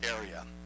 area